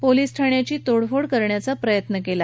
police ठाण्याची तोडफोड करण्याचा प्रयत्न केला